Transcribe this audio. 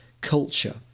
culture